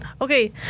okay